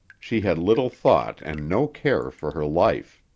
she had little thought and no care for her life.